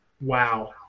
wow